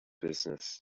business